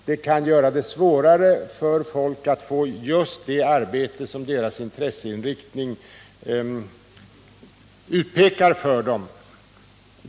Det kan göra det svårare för människor att få just det arbete som deras intresseinriktning utpekar för dem.